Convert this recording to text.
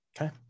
Okay